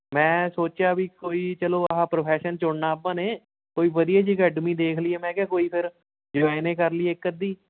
ਮੈਂ ਸੋਚਿਆ ਵੀ ਕੋਈ ਚਲੋ ਆਹ ਪ੍ਰੋਫੈਸ਼ਨ ਚੁਣਨਾ ਆਪਾਂ ਨੇ ਕੋਈ ਵਧੀਆ ਜੀ ਅਕੈਡਮੀ ਦੇਖ ਲਈਏ ਮੈਂ ਕਿਹਾ ਕੋਈ ਫਿਰ ਜੋਆਇੰਨ ਹੀ ਕਰ ਲਈਏ ਇੱਕ ਅੱਧੀ